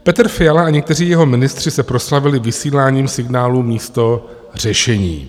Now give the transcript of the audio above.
Petr Fiala a někteří jeho ministři se proslavili vysíláním signálu místo řešení.